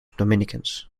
dominicans